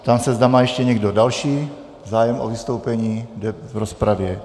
Ptám se, zda má ještě někdo další zájem o vystoupení v rozpravě.